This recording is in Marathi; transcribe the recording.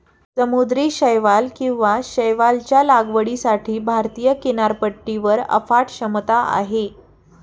समुद्री शैवाल किंवा शैवालच्या लागवडीसाठी भारतीय किनारपट्टीवर अफाट क्षमता आहे